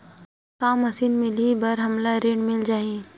का मशीन मिलही बर हमला ऋण मिल जाही?